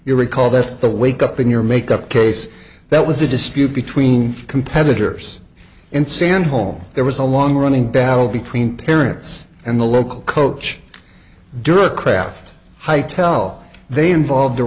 you recall that's the wake up in your make up case that was a dispute between competitors in san home there was a long running battle between parents and the local coach dura craft high tell they involve